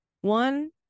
One